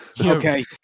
Okay